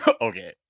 Okay